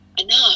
Enough